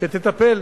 שתטפל